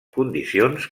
condicions